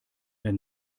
der